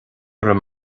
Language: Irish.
raibh